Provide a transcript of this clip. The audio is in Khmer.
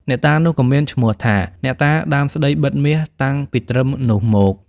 អ្នកតានោះក៏មានឈ្មោះថា "អ្នកតាដើមស្តីបិទមាស” តាំងពីត្រឹមនោះមក។